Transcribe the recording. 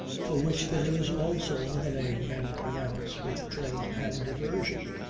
for which there is also another name men pronounce with dread and aversion.